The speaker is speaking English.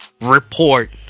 report